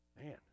Man